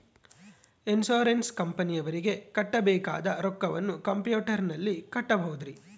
Insurance ಕಂಪನಿಯವರಿಗೆ ಕಟ್ಟಬೇಕಾದ ರೊಕ್ಕವನ್ನು ಕಂಪ್ಯೂಟರನಲ್ಲಿ ಕಟ್ಟಬಹುದ್ರಿ?